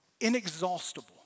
inexhaustible